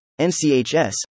NCHS